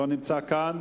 לא נמצא כאן.